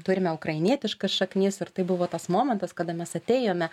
turime ukrainietiškas šaknis ir tai buvo tas momentas kada mes atėjome